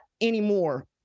anymore